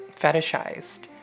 fetishized